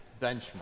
benchmark